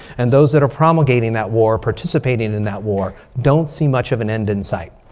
and those that are promulgating that war. participating in that war. don't see much of an end in sight.